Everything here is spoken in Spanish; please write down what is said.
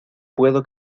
puedo